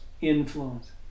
influence